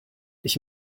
ich